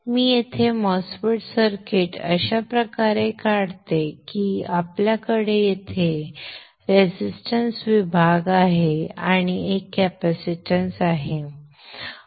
मी येथे MOSFET circuit अशाप्रकारे काढतो आणि आपल्याकडे येथे रेजिस्टन्स विभाग आहे आणि एक कॅपॅसिटन्स आहे